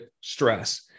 stress